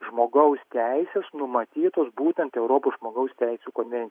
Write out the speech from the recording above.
žmogaus teisės numatytos būtent europos žmogaus teisių konven